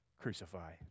crucify